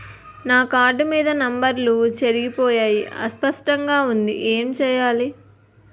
నా కార్డ్ మీద నంబర్లు చెరిగిపోయాయి అస్పష్టంగా వుంది ఏంటి చేయాలి?